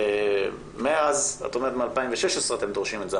את אומרת שמאז 2016 אתם דורשים את זה,